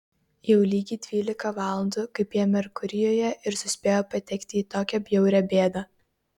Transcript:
jau lygiai dvylika valandų kaip jie merkurijuje ir suspėjo patekti į tokią bjaurią bėdą